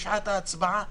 בשעת ההצבעה,